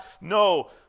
No